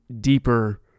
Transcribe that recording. deeper